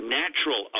natural